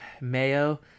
mayo